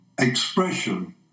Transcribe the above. expression